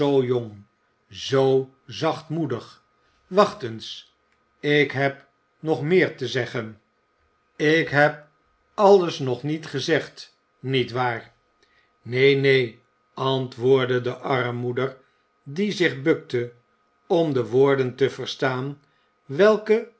zoo zachtmoedig wacht eens ik heb nog meer te zeggen ik heb alles nog niet gezegd niet waar neen neen antwoordde de armmoeder die zich bukte om de woorden te verstaan welke